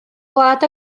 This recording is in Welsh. gwlad